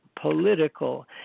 political